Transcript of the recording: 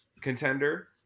contender